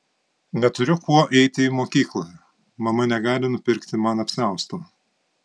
neturiu kuo eiti į mokyklą mama negali nupirkti man apsiausto